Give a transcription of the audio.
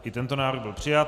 I tento návrh byl přijat.